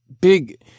Big